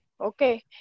Okay